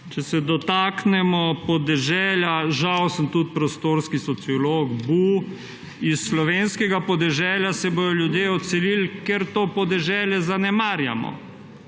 Če se dotaknemo podeželja – žal sem tudi prostorski sociolog, buuu – s slovenskega podeželja se bodo ljudje odselili. Ker to podeželje zanemarjamo,